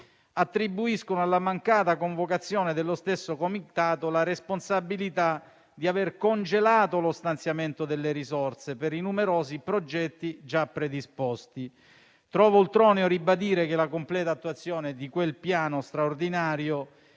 attribuiscono alla mancata convocazione dello stesso comitato la responsabilità di aver congelato lo stanziamento delle risorse per i numerosi progetti già predisposti. Trovo ultroneo ribadire che, per la completa attuazione di quel piano straordinario,